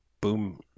boom